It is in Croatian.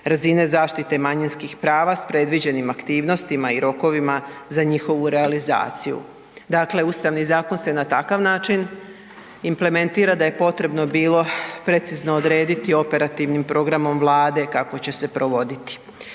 razine zaštite manjinskih prava s predviđenim aktivnostima i rokovima za njihovu realizaciju. Dakle, Ustavni zakon se na takav način implementira da je potrebno bilo precizno odrediti operativnim programom Vlade kako će se provoditi.